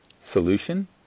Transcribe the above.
Solution